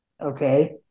okay